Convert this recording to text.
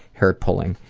hair pulling,